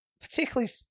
particularly